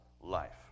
life